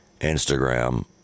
Instagram